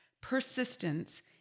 persistence